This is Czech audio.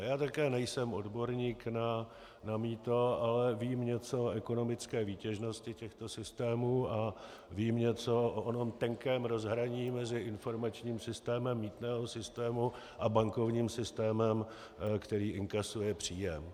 Já také nejsem odborník na mýto, ale vím něco o ekonomické výtěžnosti těchto systémů a vím něco o onom tenkém rozhraní mezi informačním systémem mýtného systému a bankovním systémem, který inkasuje příjem.